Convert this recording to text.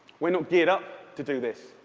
we're not geared up to do this.